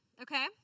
Okay